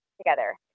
together